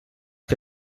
que